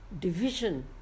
division